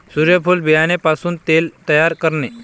सूर्यफूल बियाणे पासून तेल तयार करणे